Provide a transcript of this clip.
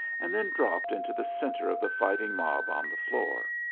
and then dropped into the centre of the fighting mob on the floor.